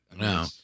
No